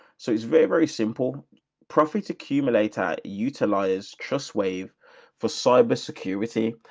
so it's very, very simple process. it's accumulator utilized trustwave for cyber security.